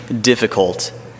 difficult